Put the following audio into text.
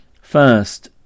First